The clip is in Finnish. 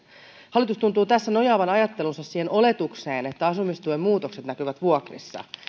hallitus tuntuu tässä nojaavan ajattelunsa siihen oletukseen että asumistuen muutokset näkyvät vuokrissa